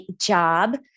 job